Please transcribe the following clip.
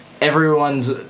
everyone's